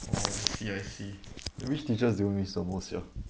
I see I see which teachers do you miss the most here